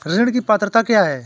ऋण की पात्रता क्या है?